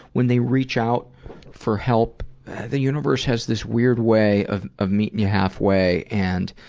when they reach out for help the universe has this weird way of of meeting you half way and,